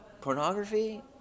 pornography